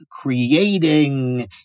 creating